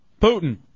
Putin